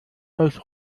euch